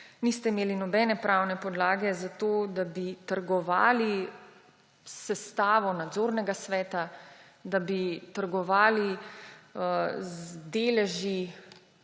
niste imeli nobene pravne podlage za to, da bi trgovali s sestavo nadzornega sveta, da bi trgovali z deleži